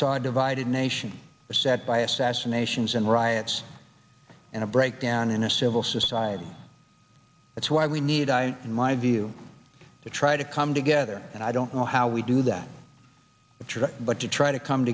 saw a divided nation a set by assassinations and riots and a breakdown in a civil society that's why we need i in my view to try to come to go i don't know how we do that but to try to come